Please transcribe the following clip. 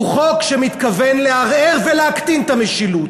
הוא חוק שמתכוון לערער ולהקטין את המשילות.